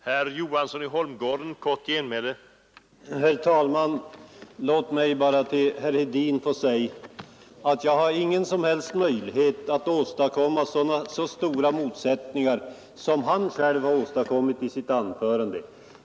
Herr talman! Jag vill säga till herr Hedin att jag har ingen möjlighet att åstadkomma så stora motsättningar som han själv gjorde med sitt anförande.